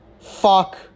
Fuck